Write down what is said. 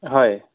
হয়